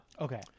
Okay